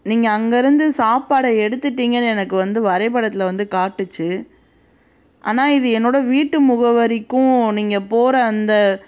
நீங்கள் அங்கிருந்து சாப்பாடை எடுத்துவிட்டீங்கன்னு எனக்கு வந்து வரைபடத்தில் வந்து காட்டிச்சு ஆனால் இது என்னோடய வீட்டு முகவரிக்கும் நீங்கள் போகிற அந்த